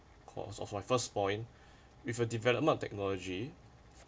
cause of my first point with a development of technology